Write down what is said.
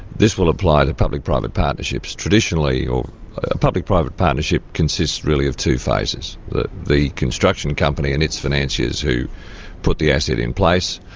this will apply to public private partnerships. traditionally, a ah public private partnership consists really of two phases the the construction company and its financiers who put the asset in place,